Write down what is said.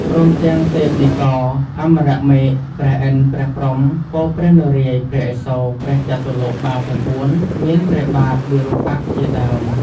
ព្រមទាំងទេពនិករអមរមេឃ ព្រះឥន្ទ្រព្រះព្រហ្ម ពព្រះនារាយណ៍ ព្រះឥសូរ ព្រះចតុលោកបាលទាំង ៤ មានព្រះបាទវិរូបក្ខជាដើម